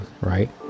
Right